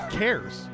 cares